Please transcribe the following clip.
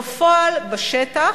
בפועל, בשטח,